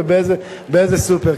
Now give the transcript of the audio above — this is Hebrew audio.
ובאיזה סופר.